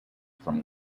from